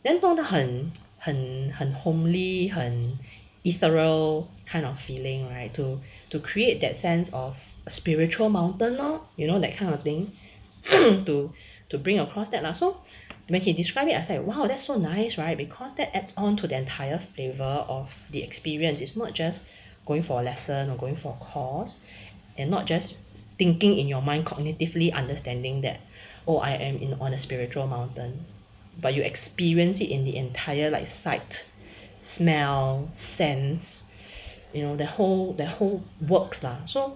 then 动到很很很 homely 很 ethereal kind of feeling right to to create that sense of spiritual mountain lor you know that kind of thing to to bring across that lah so when he described it as like !wow! that's so nice right because that adds onto the entire flavour of the experience is not just going for lesson or going for course and not just thinking in your mind cognitively understanding that oh I am in on a spiritual mountain but you experience in the entire like sight smell sense you know the whole the whole works lah so